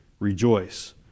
rejoice